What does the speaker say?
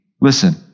Listen